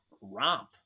romp